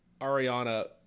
Ariana